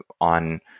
on